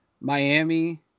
Miami